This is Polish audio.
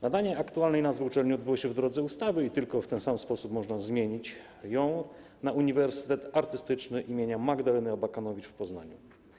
Nadanie aktualnej nazwy uczelni odbyło się w drodze ustawy i tylko w ten sam sposób można zmienić tę nazwę na nazwę: Uniwersytet Artystyczny im. Magdaleny Abakanowicz w Poznaniu.